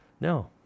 No